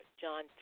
John